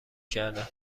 کردم